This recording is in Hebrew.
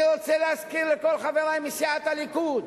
אני רוצה להזכיר לכל חברי מסיעת הליכוד: